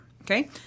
Okay